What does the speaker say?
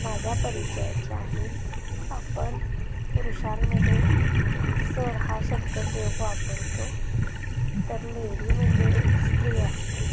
माझ्या परिचयाचे आहेत आपण पुरुषांमध्ये सर हा शब्दप्रयोग वापरतो तर लेडी म्हणजे एक स्त्री असते